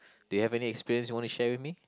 do you have any experience you want to share with me